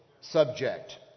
Subject